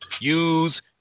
use